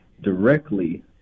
directly